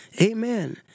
amen